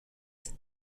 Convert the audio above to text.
هست